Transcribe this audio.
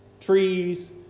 trees